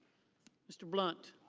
mr. blunt.